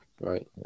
right